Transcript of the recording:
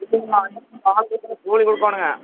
நான் ஆளுங்களுக்கெல்லாம் கூலி கொடுக்கோணுங்க